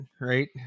right